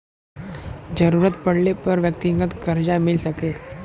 जरूरत पड़ले पर व्यक्तिगत करजा मिल सके